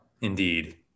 indeed